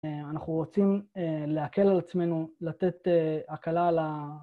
אנחנו רוצים להקל על עצמנו, לתת הקלה על ה...